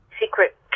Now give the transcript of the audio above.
secret